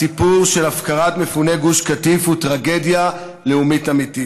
הסיפור של הפקרת מפוני גוש קטיף הוא טרגדיה לאומית אמיתית.